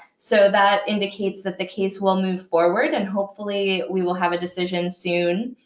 so that indicates that the case will move forward, and hopefully, we will have a decision soon.